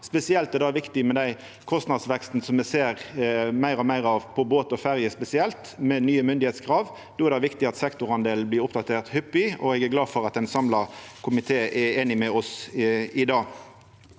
Spesielt er det viktig med den kostnadsveksten me ser meir og meir av – på båt og ferje spesielt, med nye myndigheitskrav. Då er det viktig at sektorandelen blir oppdatert hyppig, og eg er glad for at ein samla komité er einig med oss i det.